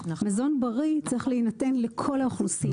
מזון בריא צריך להינתן לכל האוכלוסייה.